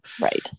Right